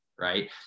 right